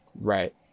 Right